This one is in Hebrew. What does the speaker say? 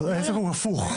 זה הפוך,